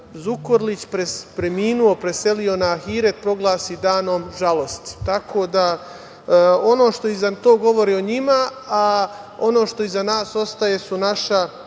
Zukorlić preminuo, preselio na Ahiret, proglasi danom žalosti. Tako da ono što je iza tog, to govori o njima, a ono što iza nas ostaje su naša